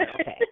okay